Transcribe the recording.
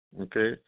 Okay